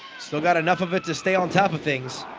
still got enough of it to stay on top of things.